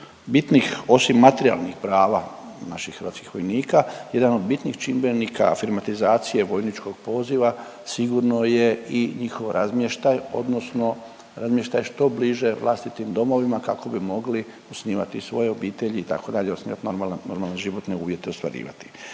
bitnih osim materijalnih prava naših hrvatskih vojnika, jedan od bitnih čimbenika afirmatizacije vojničkog poziva sigurno je i njihov razmještaj odnosno razmještaj što bliže vlastitim domovima kako bi mogli osnivati svoje obitelji itd. osnivat normalne, normalne životne uvjete ostvarivati.